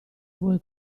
voi